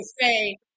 say